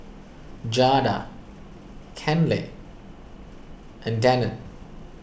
Jada Kenley and Danette